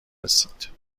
رسید